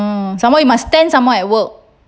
mm some more you must stand some more at work